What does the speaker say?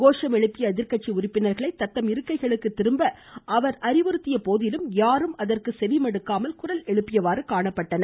கோஷம் எழுப்பிய எதிர்கட்சி உறுப்பினர்களை தத்தம் இருக்கைக்கு திரும்ப அவர் அறிவுறுத்திய போதிலும் யாரும் அதற்கு செவிமடுக்காமல் குரல் எழுப்பியவாறு காணப்பட்டனர்